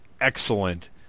excellent